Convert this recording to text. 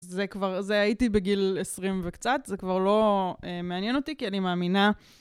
זה כבר, זה הייתי בגיל 20 וקצת, זה כבר לא מעניין אותי, כי אני מאמינה.